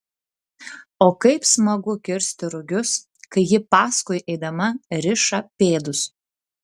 o kaip smagu kirsti rugius kai ji paskui eidama riša pėdus